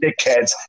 dickheads